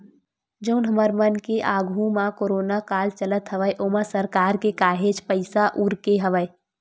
जउन हमर मन के आघू म कोरोना काल चलत हवय ओमा सरकार के काहेच पइसा उरके हवय